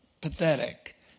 pathetic